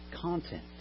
content